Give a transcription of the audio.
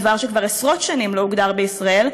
דבר שכבר עשרות שנים לא הוגדר בישראל,